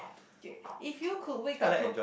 okay if you could wake up to